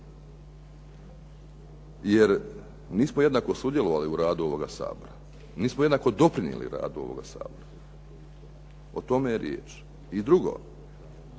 Jer nismo jednako sudjelovali u radu ovoga Sabora, nismo jednako doprinijeli radu ovoga Sabora, o tome je riječ. I drugo,